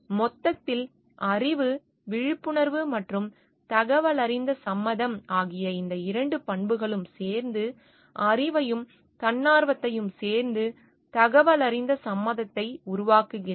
மொத்தத்தில் அறிவு விழிப்புணர்வு மற்றும் தகவலறிந்த சம்மதம் ஆகிய இந்த இரண்டு பண்புகளும் சேர்ந்து அறிவையும் தன்னார்வத்தையும் சேர்ந்து தகவலறிந்த சம்மதத்தை உருவாக்குகிறது